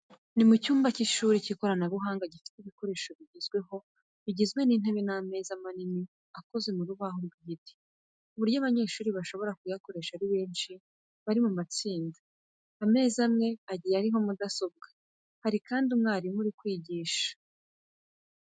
Ni mu cyumba cy’ishuri cy’ikoranabuhanga gifite ibikoresho bigezweho bigizwe n'intebe n'ameza manini akoze mu rubaho rw'igiti, ku buryo abanyeshuri bashobora kuyakoresha ari benshi bari mu matsinda. Ameza amwe agiye ariho mudasobwa. Hari kandi umwarimu uri kwigisha.